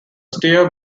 steer